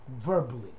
verbally